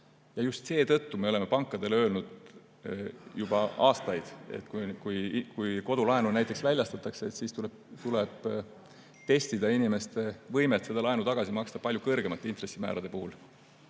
Just seetõttu me oleme pankadele juba aastaid öelnud, et kui kodulaenu väljastatakse, siis tuleb testida inimeste võimet laenu tagasi maksta palju kõrgemate intressimäärade puhul.